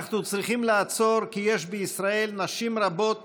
אנחנו צריכים לעצור, כי יש בישראל נשים רבות